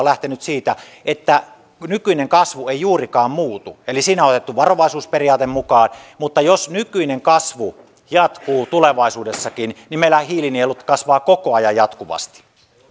ovat lähteneet siitä että nykyinen kasvu ei juurikaan muutu eli siinä on otettu varovaisuusperiaate mukaan mutta jos nykyinen kasvu jatkuu tulevaisuudessakin meillähän hiilinielut kasvavat koko ajan jatkuvasti